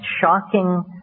shocking